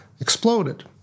exploded